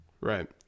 Right